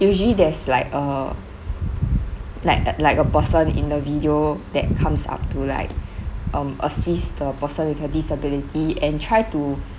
usually there's like a like uh like a person in the video that comes up to like um assist the person with that disability and try to